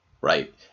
right